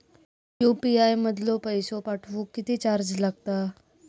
UPI मधलो पैसो पाठवुक किती चार्ज लागात?